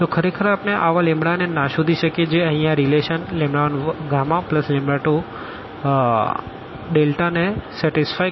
તો ખરેખર આપણે આવા ને ના શોધી શકીએ જે અહિયાં આ રીલેશન 1γ2ને સેટીસફાઈ કરે